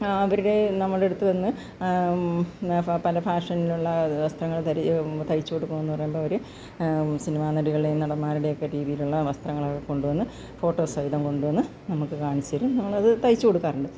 അവരുടെ നമ്മളുടെ അടുത്ത് വന്ന് പല ഫാഷനിലുള്ള വസ്ത്രങ്ങള് ധരി തയ്ച്ച് കൊടുക്കണമെന്ന് പറയുമ്പം അവർ സിനിമാ നടികൾടേയും നടന്മാരുടെയും ഒക്കെ രീതിയിലുള്ള വസ്ത്രങ്ങളൊക്കെ കൊണ്ട് വന്ന് ഫോട്ടോ സഹിതം കൊണ്ട് വന്ന് നമുക്ക് കാണിച്ച് തരും നമ്മളത് തയ്ച്ച് കൊടുക്കാറുണ്ട്